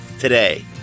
today